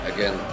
Again